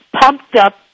pumped-up